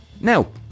Now